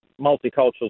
multicultural